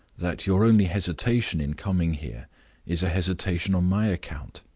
that your only hesitation in coming here is a hesitation on my account,